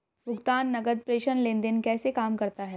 भुगतान नकद प्रेषण लेनदेन कैसे काम करता है?